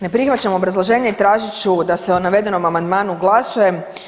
Ne prihvaćam obrazloženje i tražit ću da se o navedenom amandmanu glasuje.